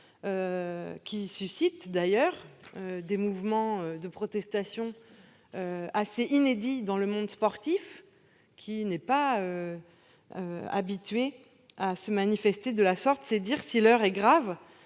suscite d'ailleurs des mouvements de protestation inédits au sein du monde sportif, celui-ci n'étant pas habitué à se manifester de la sorte. C'est dire si l'heure est grave.